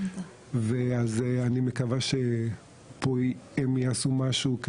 אז אני מקווה שפה הם יעשו משהו.